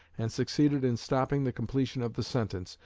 and succeeded in stopping the completion of the sentence,